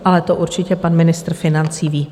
Ale to určitě pan ministr financí ví.